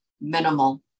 minimal